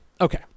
Okay